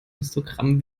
histogramm